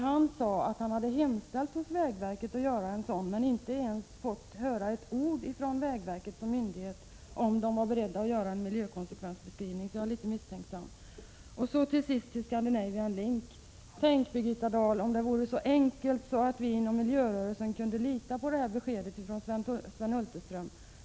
Han sade då att han hade hemställt att vägverket skulle göra en sådan här beskrivning, men han hade inte fått höra ett ord från vägverket, om denna myndighet var beredd att göra en miljökonsekvensbeskrivning. Så jag är litet misstänksam. Till sist några ord om Scandinavian Link. Tänk, Birgitta Dahl, om det vore så att vi inom miljörörelsen kunde lita på beskedet från Sven Hulterström.